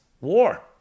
War